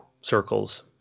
circles